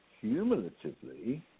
cumulatively